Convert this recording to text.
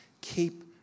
Keep